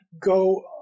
go